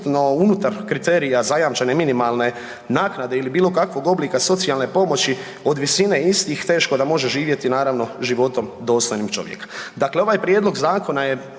unutar kriterija zajamčene minimalne naknade ili bilo kakvog oblika socijalne pomoći od visine istih teško da može živjeti naravno životom dostojnim čovjeka. Dakle, ovaj prijedlog zakona je